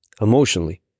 emotionally